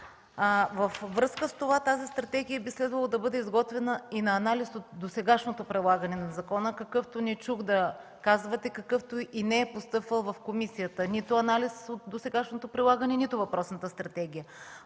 Във връзка с това тази стратегия би следвало да бъде изготвена и на базата на анализ от досегашното прилагане на закона, какъвто не чух да казвате, какъвто не е постъпвал в комисията – нито анализ от досегашното прилагане, нито въпросната стратегия.